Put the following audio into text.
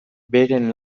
beren